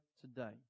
today